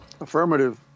Affirmative